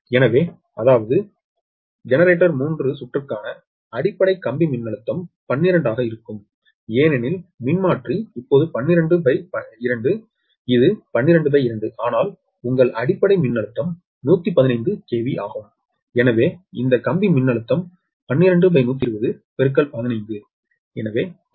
எனவே அதாவது ஜெனரேட்டர் 3 சுற்றுக்கான அடிப்படை கம்பி மின்னழுத்தம் 12 ஆக இருக்கும் ஏனெனில் மின்மாற்றி இப்போது 122 இது 122 ஆனால் உங்கள் அடிப்படை மின்னழுத்தம் 115 KV ஆகும் எனவே இந்த கம்பி மின்னழுத்தம் 12120115 எனவே 11